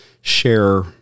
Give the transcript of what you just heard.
share